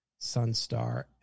Sunstar